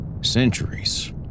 Centuries